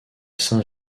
saint